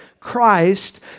Christ